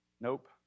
Nope